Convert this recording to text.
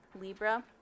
libra